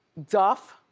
duff,